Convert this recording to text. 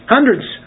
Hundreds